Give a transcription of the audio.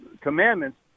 commandments